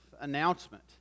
announcement